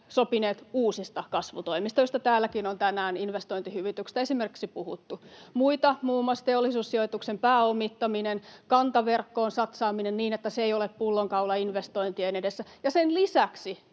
sopineet uusista kasvutoimista, joista — esimerkiksi investointihyvityksestä — täälläkin on tänään puhuttu. Muita ovat muun muassa Teollisuussijoituksen pääomittaminen ja kantaverkkoon satsaaminen niin, että se ei ole pullonkaula investointien edessä. Ja sen lisäksi